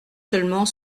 seulement